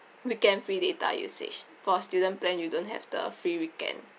weekend free data usage for student plan you don't have the free weekend